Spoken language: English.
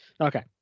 Okay